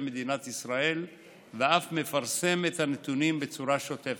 מדינת ישראל ואף מפרסם את הנתונים בצורה שוטפת.